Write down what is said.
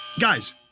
Guys